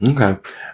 Okay